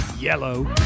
yellow